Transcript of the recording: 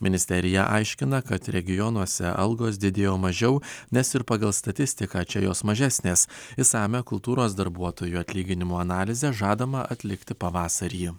ministerija aiškina kad regionuose algos didėjo mažiau nes ir pagal statistiką čia jos mažesnės išsamią kultūros darbuotojų atlyginimų analizę žadama atlikti pavasarį